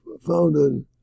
founded